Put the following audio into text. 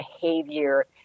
behavior